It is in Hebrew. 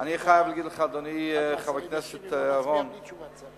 אני חייב להגיד לך, אדוני, חבר הכנסת אורון,